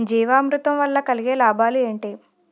జీవామృతం వల్ల కలిగే లాభాలు ఏంటి?